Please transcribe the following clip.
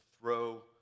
throw